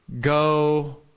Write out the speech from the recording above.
go